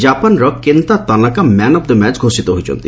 ଜାପାନ୍ର Kenta Tanaka man of the match ଘୋଷିତ ହୋଇଛନ୍ତି